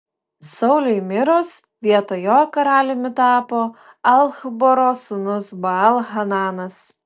sauliui mirus vietoj jo karaliumi tapo achboro sūnus baal hananas